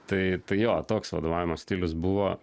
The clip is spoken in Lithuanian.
tai jo toks vadovavimo stilius buvo